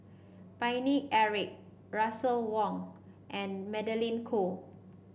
Paine Eric Russel Wong and Magdalene Khoo